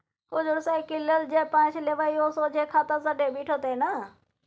हुजुर साइकिल लेल जे पैंच लेबय ओ सोझे खाता सँ डेबिट हेतेय न